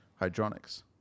hydronics